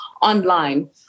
online